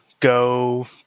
Go